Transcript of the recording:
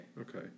Okay